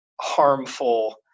harmful